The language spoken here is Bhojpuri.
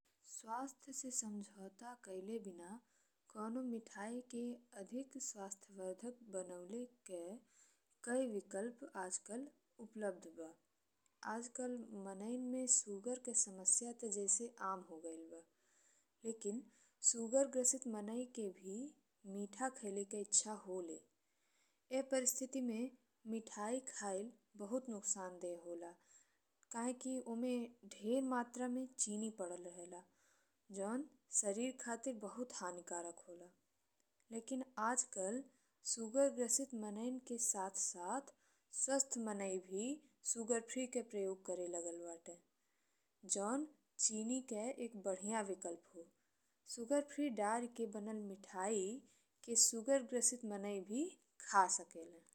स्वस्थ से समझौता कइले बिना कवनो मनई के अधिक स्वास्थ्यवर्धक बनावे के कई विकल्प आजकल उपलब्ध बा। आजकल मनईन में शुगर के समस्या ते जइसे आम हो गइल बा, लेकिन शुगर ग्रसित मनई के भी मीठा खइले के इच्छा होला। एक परिस्थिति में मिठाई खाइल बहुत नुकसानदेह होला काहेकि ओमें ढेर मात्रा में चीनी पडल रहे ला। जौन शरीर खातिर बहुत हानिकारक होला। लेकिन आजकल शुगर ग्रसित मनईन के साथ-साथ स्वस्थ मनई भी शुगरफ्री के प्रयोग करे लगल बाड़े। जौन चीनी के एक बढ़िया विकल्प हो। शुगरफ्री डारी के बनल मिठाई के शुगर ग्रसित मनई भी खा सके ले।